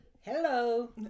Hello